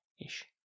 Ish